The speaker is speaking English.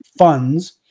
Funds